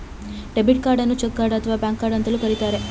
debit ಕಾರ್ಡನ್ನು check card ಅಥವಾ bank card ಅಂತಲೂ ಕರಿತರೆ